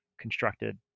constructed